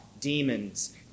demons